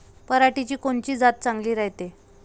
पऱ्हाटीची कोनची जात चांगली रायते?